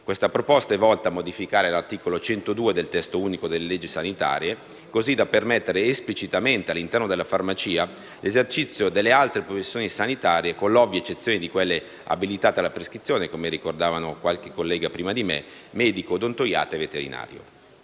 Tale proposta è volta a modificare l'articolo 102 del testo unico delle leggi sanitarie, così da permettere esplicitamente all'interno della farmacia l'esercizio delle altre professioni sanitarie, con l'ovvia eccezione di quelle abilitate alla prescrizione, come ha ricordato qualche collega prima di me: medico, odontoiatra e veterinario.